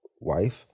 wife